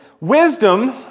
wisdom